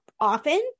often